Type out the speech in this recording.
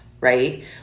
right